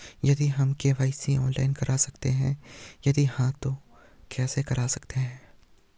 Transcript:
क्या हम KYC online करा सकते हैं यदि हाँ तो कैसे करा सकते हैं?